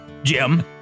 Jim